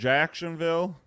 Jacksonville